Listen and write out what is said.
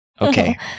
Okay